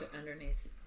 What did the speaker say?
underneath